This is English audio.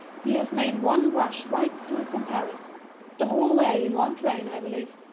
he has made one rush right through from paris the whole way in one train, i believe.